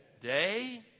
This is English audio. Day